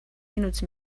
minuts